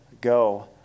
go